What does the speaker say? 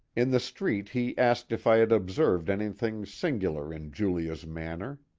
in the street he asked if i had observed anything singular in julia's manner.